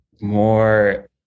more